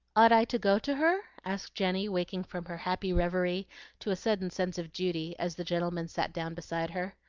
ought i to go to her? asked jenny, waking from her happy reverie to a sudden sense of duty as the gentleman sat down beside her.